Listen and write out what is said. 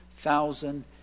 thousand